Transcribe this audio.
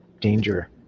danger